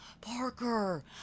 parker